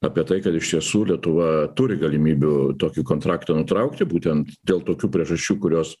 apie tai kad iš tiesų lietuva turi galimybių tokį kontraktą nutraukti būtent dėl tokių priežasčių kurios